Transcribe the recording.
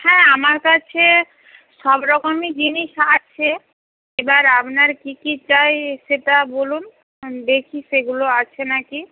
হ্যাঁ আমার কাছে সবরকমই জিনিস আছে এবার আপনার কী কী চাই সেটা বলুন দেখি সেগুলো আছে না কি